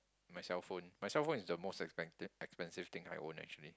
my cellphone my cellphone is the most expensive expensive thing I own actually